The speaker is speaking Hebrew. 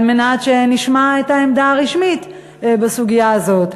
על מנת שנשמע את העמדה הרשמית בסוגיה הזאת.